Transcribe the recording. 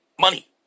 money